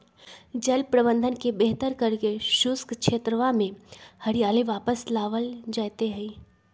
जल प्रबंधन के बेहतर करके शुष्क क्षेत्रवा में हरियाली वापस लावल जयते हई